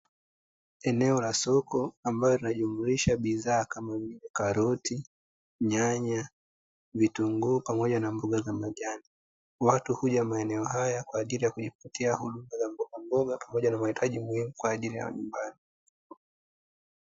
Eneo la soko ambalo linajumlisha bidhaa kama vile: karoti, nyanya, vitunguu pamoja na mboga za majani. Watu huja maeneo haya kwa ajili ya kujipatia huduma za mbogamboga pamoja na mahitaji muhimu kwa ajili ya nyumbani.